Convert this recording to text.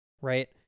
right